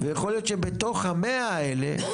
-- ויכול להיות שמתוך ה-100 האלה,